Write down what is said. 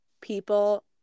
people